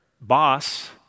boss